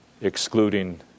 excluding